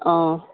অঁ